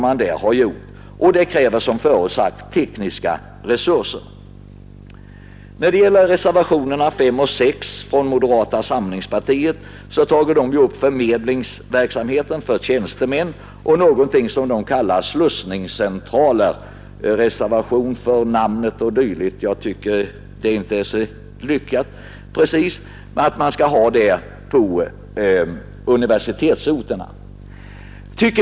Men det kräver som jag förut sagt tekniska resurser. Reservationerna 5 och 6 från moderata samlingspartiet tar upp förmedlingsverksamheten för tjänstemän och någonting som de kallar slussningscentraler. Jag vill reservera mig för namnet som jag inte tycker är så lyckat. Dessa skall finnas på universitetsorterna.